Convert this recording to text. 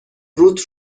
روت